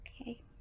Okay